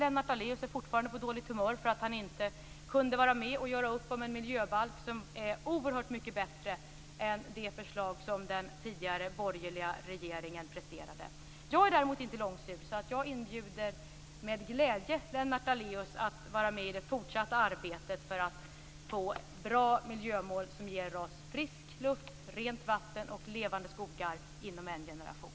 Lennart Daléus är fortfarande på dåligt humör för att han inte kunde vara med om att göra upp om en miljöbalk som är oerhört mycket bättre än det förslag som den tidigare borgerliga regeringen presterade. Jag är däremot inte långsint, utan jag inbjuder med glädje Lennart Daléus att vara med i det fortsatta arbetet för att få bra miljömål, som ger oss frisk luft, rent vatten och levande skogar inom en generation.